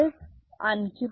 तसेच आणखी